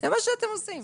זה מה שאתם עושים.